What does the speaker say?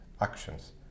actions